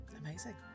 amazing